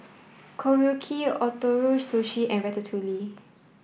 Korokke Ootoro Sushi and Ratatouille